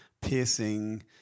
piercing